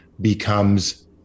becomes